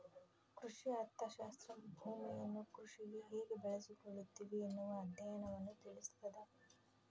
ಕೃಷಿ ಅರ್ಥಶಾಸ್ತ್ರ ಭೂಮಿಯನ್ನು ಕೃಷಿಗೆ ಹೇಗೆ ಬಳಸಿಕೊಳ್ಳುತ್ತಿವಿ ಎನ್ನುವ ಅಧ್ಯಯನವನ್ನು ತಿಳಿಸ್ತಾದ